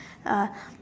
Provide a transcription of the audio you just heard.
uh